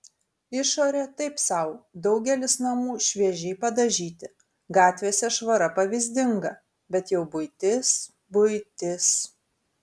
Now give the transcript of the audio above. išorė taip sau daugelis namų šviežiai padažyti gatvėse švara pavyzdinga bet jau buitis buitis